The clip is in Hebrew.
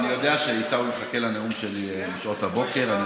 אני יודע שעיסאווי מחכה לנאום שלי משעות הבוקר.